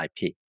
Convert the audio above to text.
IP